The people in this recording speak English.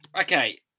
Okay